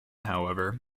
however